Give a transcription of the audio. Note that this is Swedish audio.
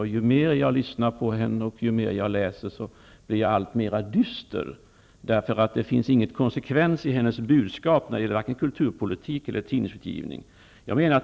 Och ju mer jag lyssnar på henne och ju mer jag läser, desto dystrare blir jag. Det finns ingen konsekvens i hennes budskap, varken när det gäller kulturpolitik eller när det gäller tidningsutgivning.